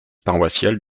paroissiale